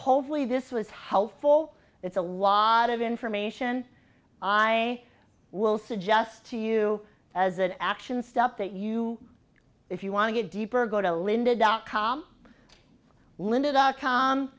hopefully this was helpful it's a lot of information i will suggest to you as an action step that you if you want to get deeper go to lynda dot com lynda dot com